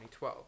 2012